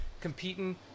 competing